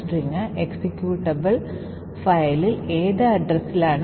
ഇപ്പോൾ ഈ non executable stack ഉപയോഗിച്ച് ഈ രണ്ട് കാര്യത്തിൽ ഒന്ന് സാധ്യമല്ല